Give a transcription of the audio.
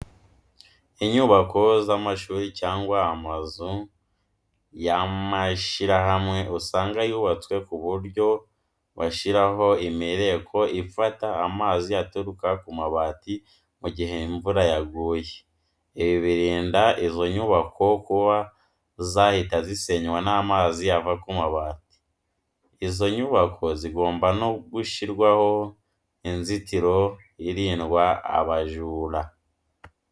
Inyubako z'amashuri cyangwa amazu y'amashyirahamwe usanga zubatswe ku buryo bashyiraho imireko ifata amazi aturuka ku mabati mu gihe imvura yaguye. Ibi birinda izo nyubako kuba zahita zisenywa n'amazi ava ku mabati. Izo nyubako zigomba no gushyirirwaho inzitiro hirindwa abajura.